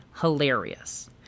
hilarious